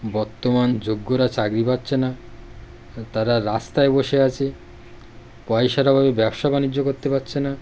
বর্তমান যোগ্যরা চাকরি পাচ্ছে না তারা রাস্তায় বসে আছে পয়সার অভাবে ব্যবসা বাণিজ্য করতে পারছে না